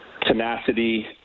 tenacity